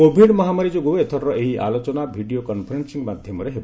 Covid ମହାମାରୀ ଯୋଗୁଁ ଏଥରର ଏହି ଆଲୋଚନା ଭିଡ଼ିଓ କନ୍ଫରେନ୍ସିଂ ମାଧ୍ୟମରେ ହେବ